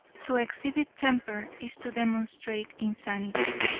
to exhibit temper is to demonstrate insanity.